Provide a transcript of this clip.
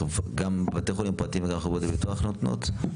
גם בתי החולים הפרטיים וגם חברות הביטוח נותנות?